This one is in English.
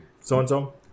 so-and-so